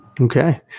Okay